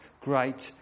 great